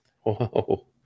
Whoa